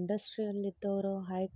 ಇಂಡಸ್ಟ್ರಿಯಲ್ಲಿದ್ದವರು high